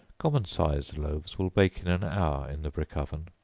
common sized loaves will bake in an hour in the brick oven.